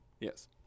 Yes